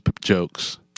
jokes